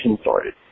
started